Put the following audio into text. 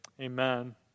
Amen